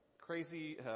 crazy